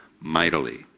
mightily